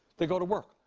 they go to work.